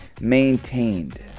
maintained